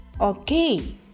Okay